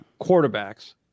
quarterbacks